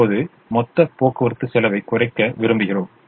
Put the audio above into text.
இப்போது மொத்த போக்குவரத்து செலவைக் குறைக்க விரும்புகிறோம்